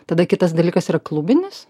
tada kitas dalykas yra klubinis